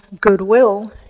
goodwill